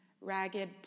ragged